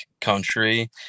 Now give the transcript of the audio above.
country